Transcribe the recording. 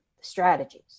strategies